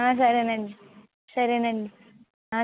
సరేనండి సరేనండి